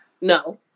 No